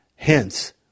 Hence